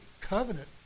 covenant